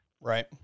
right